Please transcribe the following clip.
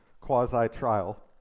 quasi-trial